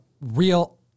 real